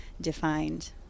defined